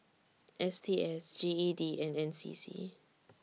S T S G E D and N C C